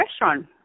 restaurant